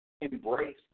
embrace